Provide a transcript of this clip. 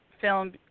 film